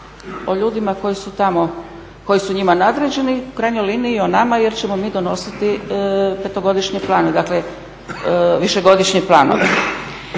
su tamo, koji su njima nadređeni, u krajnjoj liniji o nama jer ćemo mi donositi petogodišnje planove, dakle višegodišnje planove.